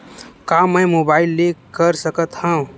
का मै मोबाइल ले कर सकत हव?